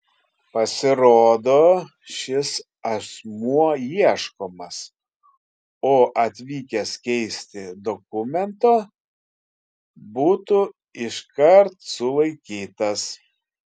pasirodo šis asmuo ieškomas o atvykęs keisti dokumento būtų iškart sulaikytas